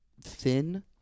thin